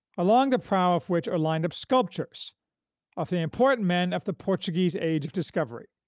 along the prow of which are lined up sculptures of the important men of the portuguese age of discovery.